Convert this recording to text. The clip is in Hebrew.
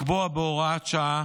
לקבוע בהוראת שעה